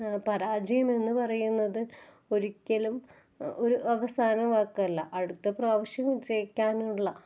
പരാജയം എന്ന് പറയുന്നത് ഒരിക്കലും ഒരു അവസാന വാക്കല്ല അടുത്തെ പ്രാവശ്യം വിജയിക്കാനുളള